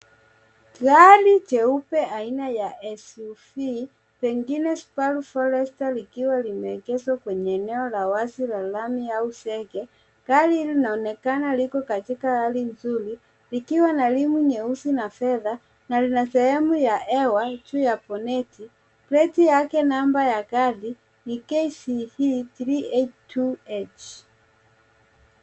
Gari jeupe aina ya SUV, pengine Subaru Forester, likiwa limeegeshwa kwenye eneo la wazi la lami au sege. Gari hili linaonekana liko katika hali nzuri likiwa na rimu nyeusi na fedha, na lina sehemu ya hewa juu ya boneti. Pleti yake namba ya gari ni KCE 382H